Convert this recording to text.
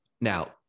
Now